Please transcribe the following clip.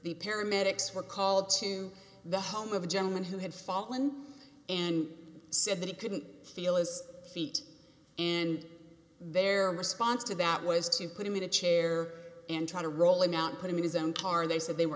the paramedics were called to the home of a gentleman who had fallen and said that he couldn't feel as feet and their response to that was to put him in a chair and try to roll it out put him in his own car they said they were